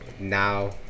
now